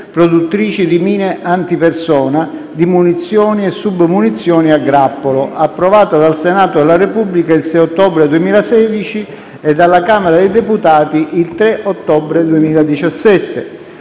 produttrici di mine antipersona, di munizioni e submunizioni a grappolo", approvata dal Senato della Repubblica il 6 ottobre 2016 e dalla Camera dei Deputati il 3 ottobre 2017.